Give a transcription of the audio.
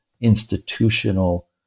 institutional